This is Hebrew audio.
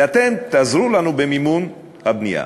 ואתם תעזרו לנו במימון הבנייה.